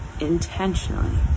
intentionally